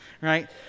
right